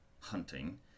hunting